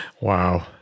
Wow